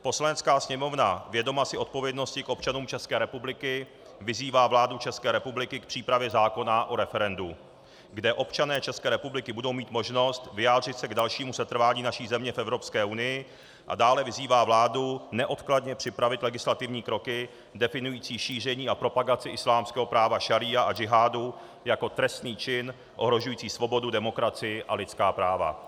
Poslanecká sněmovna, vědoma si odpovědnosti k občanům České republiky, vyzývá vládu České republiky k přípravě zákona o referendu, kde občané České republiky budou mít možnost vyjádřit se k dalšímu setrvání naší země v Evropské unii, a dále vyzývá vládu neodkladně připravit legislativní kroky definující šíření a propagaci islámského práva šaría a džihádu jako trestný čin ohrožující svobodu, demokracii a lidská práva.